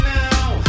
now